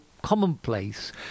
commonplace